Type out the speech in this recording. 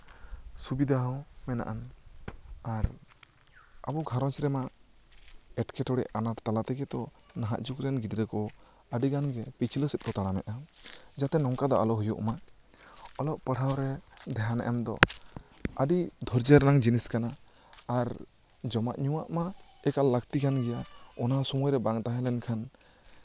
ᱥᱩᱵᱤᱫᱷᱟ ᱦᱚᱸ ᱢᱮᱱᱟᱜᱼᱟ ᱟᱨ ᱟᱵᱚ ᱜᱷᱟᱨᱚᱸᱡᱽ ᱨᱮᱢᱟ ᱮᱸᱴᱠᱮᱴᱚᱲᱮ ᱟᱱᱟᱴ ᱛᱟᱞᱟ ᱛᱮᱜᱮ ᱛᱚ ᱱᱟᱦᱟᱜ ᱡᱩᱜᱽᱨᱮ ᱜᱤᱫᱽᱨᱟᱹ ᱠᱚ ᱟᱹᱰᱤᱜᱟᱱ ᱜᱮ ᱯᱤᱪᱷᱞᱟᱹ ᱥᱮᱜ ᱠᱚ ᱛᱟᱲᱟᱢ ᱮᱜᱼᱟ ᱡᱟᱛᱮ ᱱᱚᱝᱠᱟ ᱫᱚ ᱟᱞᱚ ᱦᱩᱭᱩᱜ ᱢᱟ ᱚᱞᱚᱜ ᱯᱟᱲᱦᱟᱣ ᱨᱮ ᱫᱷᱮᱭᱟᱱ ᱮᱢ ᱫᱚ ᱟᱹᱰᱤ ᱫᱷᱚᱨᱡᱚ ᱨᱮᱱᱟᱜ ᱡᱤᱱᱤᱥ ᱠᱟᱱᱟ ᱟᱨ ᱡᱚᱢᱟᱜ ᱧᱩᱣᱟᱜ ᱢᱟ ᱮᱠᱟᱞ ᱞᱟᱹᱠᱛᱤ ᱠᱟᱱ ᱜᱮᱭᱟ ᱚᱱᱟᱦᱚᱸ ᱥᱚᱢᱚᱭᱨᱮ ᱵᱟᱝ ᱛᱟᱦᱮᱸ ᱞᱮᱱᱠᱷᱟᱱ